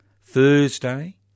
Thursday